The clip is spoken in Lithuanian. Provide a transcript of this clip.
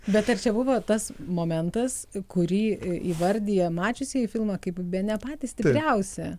bet ar čia buvo tas momentas kurį įvardija mačiusieji filmą kaip bene patį stipriausią